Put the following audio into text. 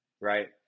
Right